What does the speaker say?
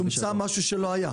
צומצם משהו שלא היה.